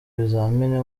bizamini